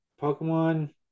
pokemon